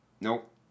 Nope